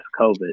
COVID